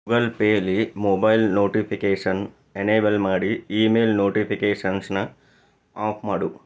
ಗೂಗಲ್ಪೇಯಲ್ಲಿ mobile notification enable ಮಾಡಿ email ನೋಟಿಫಿಕೇಷನ್ಸನ್ನು off ಮಾಡು